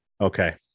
Okay